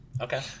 Okay